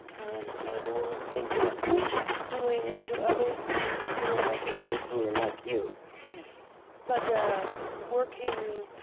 um you know who think that doing unto others means doing unto others who are like you but working,